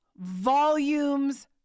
volumes